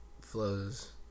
flows